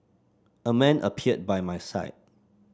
a man appeared by my side